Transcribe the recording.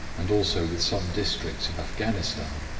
and also with some districts of afghanistan,